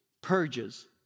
purges